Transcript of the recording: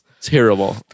terrible